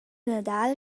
nadal